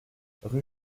rue